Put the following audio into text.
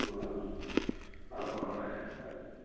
ꯑꯥ ꯑꯥ ꯑꯥ